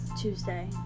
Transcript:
Tuesday